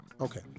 Okay